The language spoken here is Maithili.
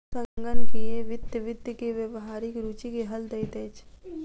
संगणकीय वित्त वित्त के व्यावहारिक रूचि के हल दैत अछि